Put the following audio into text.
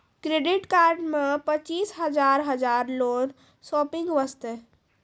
Credit card मे पचीस हजार हजार लोन शॉपिंग वस्ते?